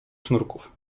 sznurków